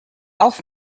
auf